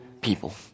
people